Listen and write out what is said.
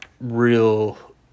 real